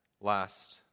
last